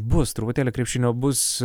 bus truputėlį krepšinio bus